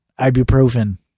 ibuprofen